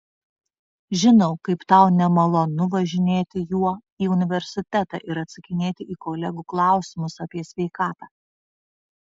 žinau kaip tau nemalonu važinėti juo į universitetą ir atsakinėti į kolegų klausimus apie sveikatą